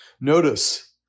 Notice